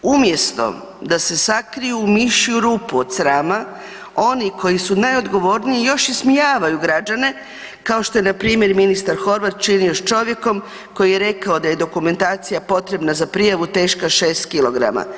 Umjesto da se sakriju u mišju rupu od srama oni koji su najodgovorniji još ismijavaju građane kao što je na primjer ministar Horvat činio sa čovjekom koji je rekao da je dokumentacija potrebna za prijavu teška 6 kg.